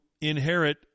inherit